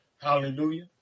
hallelujah